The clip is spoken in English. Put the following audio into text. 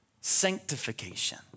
sanctification